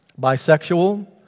Bisexual